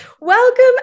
Welcome